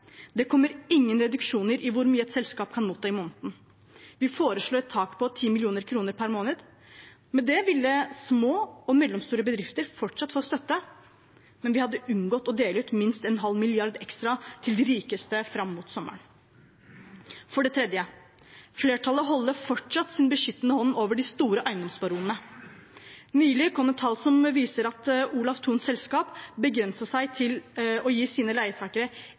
Det kommer ingen reduksjoner i hvor mye et selskap kan motta i måneden. Vi foreslår et tak på 10 mill. kr per måned. Med det ville små og mellomstore bedrifter fortsatt få støtte, men vi hadde unngått å dele ut minst en halv milliard ekstra til de rikeste fram mot sommeren. For det tredje: Flertallet beholder fortsatt sin beskyttende hånd over de store eiendomsbaronene. Nylig kom tall som viser at Olav Thons selskaper begrenset seg til å gi sine leietakere